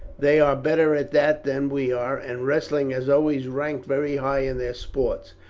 they are better at that than we are, and wrestling has always ranked very high in their sports.